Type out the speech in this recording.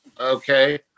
okay